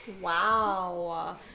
Wow